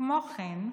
כמו כן,